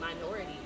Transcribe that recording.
minorities